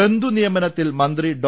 ബന്ധുനിയമനത്തിൽ മന്ത്രി ഡോ